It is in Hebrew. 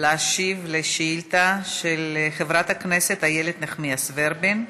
להשיב על שאילתה של חברת הכנסת איילת נחמיאס ורבין,